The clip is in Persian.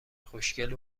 خوشگل